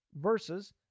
versus